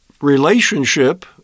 relationship